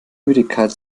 müdigkeit